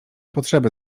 potrzeby